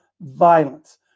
violence